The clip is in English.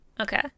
Okay